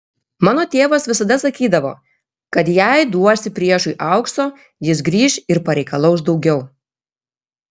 mano tėvas visada sakydavo kad jei duosi priešui aukso jis grįš ir pareikalaus daugiau